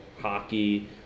hockey